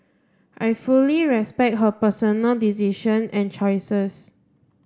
I fully respect her personal decision and choices